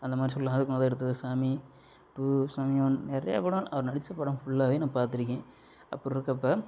அந்த மாதிரி சொல்லாம் அதுக்கு முத எடுத்ததுல சாமி டூ சாமி ஒன் நிறையா படம் அவரு நடிச்ச படம் ஃபுல்லாகவே நான் பார்த்து இருக்கேன் அப்படி இருக்கப்போ